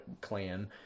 clan